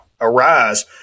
arise